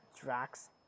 Drax